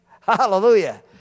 hallelujah